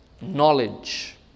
knowledge